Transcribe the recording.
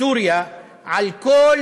בסוריה על כל